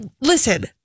listen